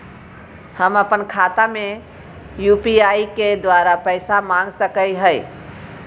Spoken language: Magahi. हम अपन खाता में यू.पी.आई के द्वारा पैसा मांग सकई हई?